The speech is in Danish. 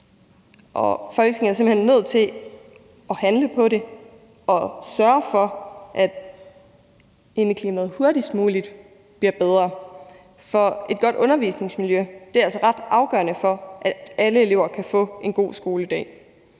hen nødt til at handle på det og sørge for, at indeklimaet hurtigst muligt bliver bedre, for et godt undervisningsmiljø er altså ret afgørende for, at alle elever kan få en god skoledag.